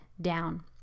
down